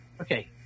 Okay